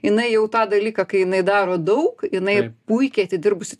jinai jau tą dalyką kai jinai daro daug jinai puikiai atidirbusi